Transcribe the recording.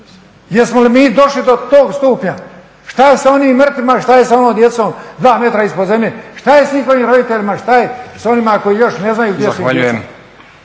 Jesmo li mi došli do tog stupnja? Šta je sa onim mrtvima, šta je sa onom djecom dva metra ispod zemlje, šta je s njihovim roditeljima, šta je s onima koji još ne znaju gdje su im djeca?